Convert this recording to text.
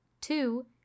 Two